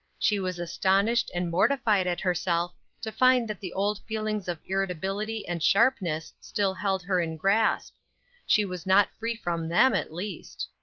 she was astonished and mortified at herself to find that the old feelings of irritability and sharpness still held her in grasp she was not free from them, at least.